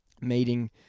meeting